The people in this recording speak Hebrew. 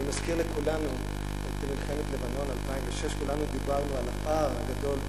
אני מזכיר לכולנו את מלחמת לבנון 2006. כולנו דיברנו על הפער הגדול,